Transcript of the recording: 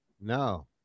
No